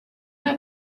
have